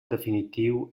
definitiu